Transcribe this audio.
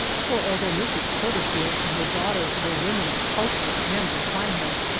for although mrs. porterfield and her daughter were women of culture and refinement,